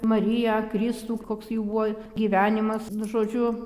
mariją kristų koks jų buvo gyvenimas žodžiu